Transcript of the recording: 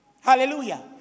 Hallelujah